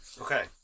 Okay